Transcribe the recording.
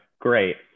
great